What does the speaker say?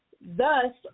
Thus